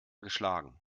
geschlagen